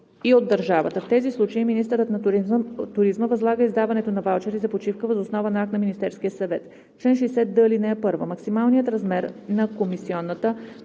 и от държавата. В тези случаи министърът на туризма възлага издаването на ваучери за почивка въз основа на акт на Министерския съвет. Чл. 60д. (1) Максималният размер на комисионата,